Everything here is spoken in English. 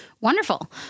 wonderful